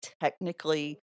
technically